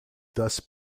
thus